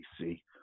see